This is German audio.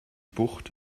bucht